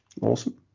awesome